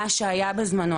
מה שהיה בזמנו,